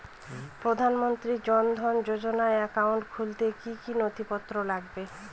প্রধানমন্ত্রী জন ধন যোজনার একাউন্ট খুলতে কি কি নথিপত্র লাগবে?